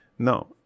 No